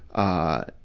ah,